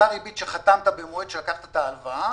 אותה ריבית שחתמת במועד שלקחת את ההלוואה,